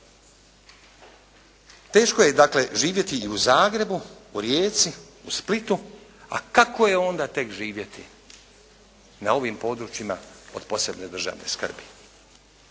Teško je dakle živjeti i u Zagrebu, u Rijeci, u Splitu a kako je onda tek živjeti na ovim područjima od posebne državne skrbi.